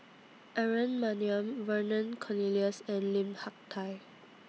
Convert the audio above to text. Aaron Maniam Vernon Cornelius and Lim Hak Tai